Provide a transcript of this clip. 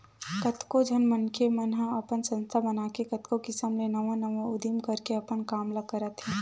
कतको झन मनखे मन ह अपन संस्था बनाके कतको किसम ले नवा नवा उदीम करके अपन काम ल करत हे